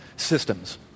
systems